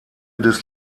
des